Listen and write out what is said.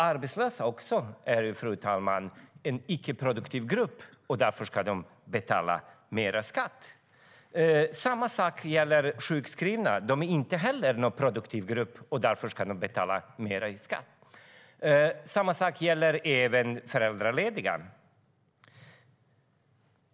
Arbetslösa är också, fru talman, en icke-produktiv grupp, och därför ska de betala mer skatt. Samma sak gäller sjukskrivna. De är inte heller en produktiv grupp, och därför ska de betala mer i skatt, och samma sak gäller även föräldralediga.